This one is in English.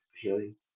Healing